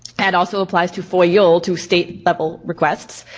that also applies to foil to state level requests.